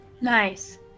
Nice